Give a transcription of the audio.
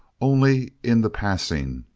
only in the passing,